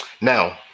Now